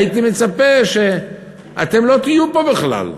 הייתי מצפה שאתם לא תהיו פה בכלל,